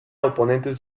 oponentes